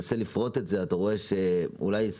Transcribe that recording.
כשמנסים לפרוט את זה רואים שאולי רק